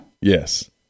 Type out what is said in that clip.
Yes